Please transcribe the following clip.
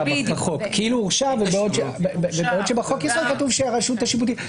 בעוד שבחוק היסוד כתוב שהרשות השיפוטית.